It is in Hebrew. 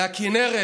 מהכינרת,